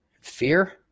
fear